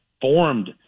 formed